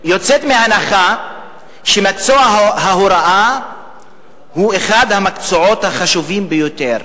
יוצאת מהנחה שמקצוע ההוראה הוא אחד המקצועות החשובים ביותר,